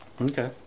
Okay